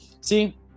see